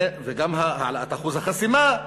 וגם העלאת אחוז החסימה.